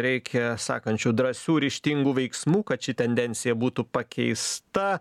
reikia sakančių drąsių ryžtingų veiksmų kad ši tendencija būtų pakeista